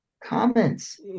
comments